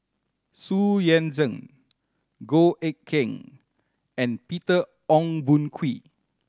Xu Yuan Zhen Goh Eck Kheng and Peter Ong Boon Kwee